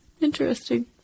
interesting